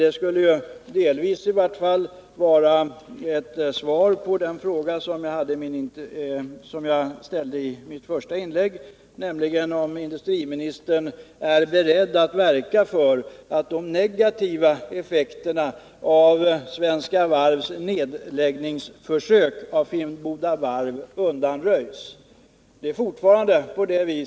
Det skulle i varje fall delvis vara ett svar på den fråga som jag ställde i mitt första inlägg, nämligen om industriministern är beredd att verka för att de negativa effekterna av Svenska Varvs försök att lägga ned Finnboda Varv undanröjs.